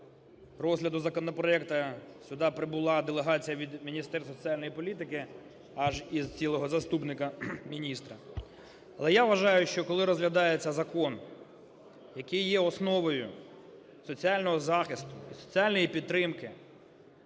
розгляду законопроекту сюди прибула делегація від Міністерства соціальної політики аж із цілого заступника міністра. Але я вважаю, що коли розглядається закон, який є основою соціального захисту і соціальної підтримки